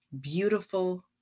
beautiful